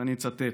ואני אצטט: